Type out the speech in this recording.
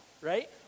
right